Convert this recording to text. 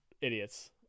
Idiots